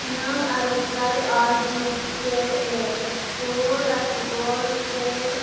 नों आर'जलाइ आइ डि के ए टु लाथिख' से